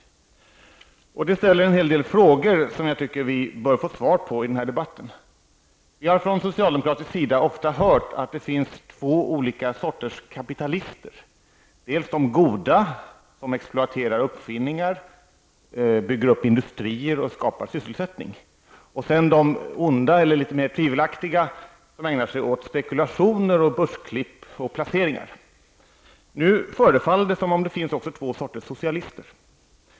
Det ger anledning till en hel del frågor, som jag tycker att vi bör få svar på i den här debatten. Vi har ofta hört sägas från socialdemokratisk sida att det finns två olika sorters kapitalister, dels de goda, som exploaterar uppfinningar, bygger upp industrier och skapar sysselsättning, dels de onda -- eller litet mer tvivelaktiga -- som ägnar sig åt spekulationer, börsklipp och placeringar. Nu förefaller det som om det också finns två sorters socialister.